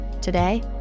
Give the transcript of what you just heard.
Today